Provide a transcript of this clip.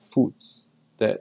foods that